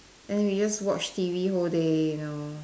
and we just watch t_v whole day you know